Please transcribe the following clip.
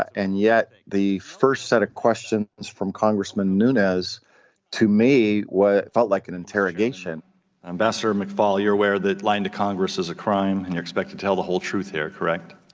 and yet the first set of question is from congressman nunez to me. what felt like an interrogation ambassador mcfaul you're aware that lying to congress is a crime and you expect to tell the whole truth here correct.